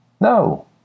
No